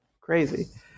crazy